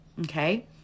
Okay